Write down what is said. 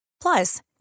Plus